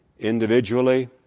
individually